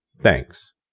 Thanks